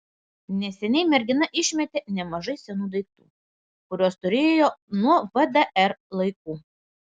neseniai mergina išmetė nemažai senų daiktų kuriuos turėjo nuo vdr laikų